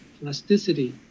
plasticity